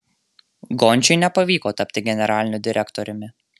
gončiui nepavyko tapti generaliniu direktoriumi